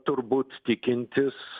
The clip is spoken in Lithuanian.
turbūt tikintis